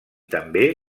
també